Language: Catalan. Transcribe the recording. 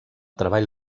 treball